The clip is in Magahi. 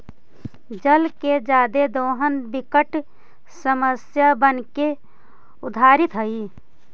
जल के जादे दोहन विकट समस्या बनके उभरित हई